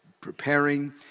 preparing